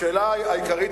השאלה העיקרית,